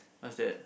what's that